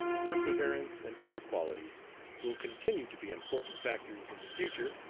perseverance, and other qualities will continue to be important factors in the future,